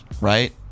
right